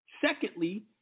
Secondly